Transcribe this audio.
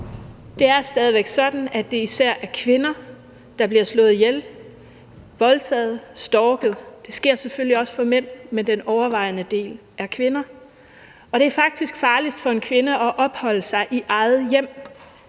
Det er stadig væk sådan, at det især er kvinder, der bliver slået ihjel, voldtaget og stalket – det sker selvfølgelig også for mænd, men den overvejende del er kvinder. Og det er faktisk farligst for en kvinde at opholde sig i eget hjem,